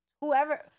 whoever